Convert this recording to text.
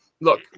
look